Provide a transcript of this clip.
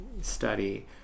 study